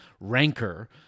rancor